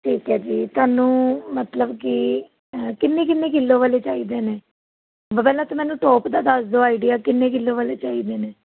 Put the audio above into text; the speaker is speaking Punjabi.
ਠੀਕ ਹੈ ਜੀ ਤੁਹਾਨੂੰ ਮਤਲਬ ਕੀ ਕਿੰਨੇ ਕਿੰਨੇ ਕਿਲੋ ਵਾਲੇ ਚਾਹੀਦੇ ਨੇ ਬ ਪਹਿਲਾਂ ਤਾਂ ਮੈਨੂੰ ਟੋਪ ਦਾ ਦੱਸ ਦਿਓ ਆਈਡੀਆ ਕਿੰਨੇ ਕਿਲੋ ਵਾਲੇ ਚਾਹੀਦੇ ਨੇ